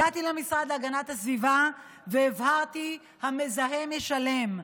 הגעתי למשרד להגנת הסביבה והבהרתי: המזהם ישלם.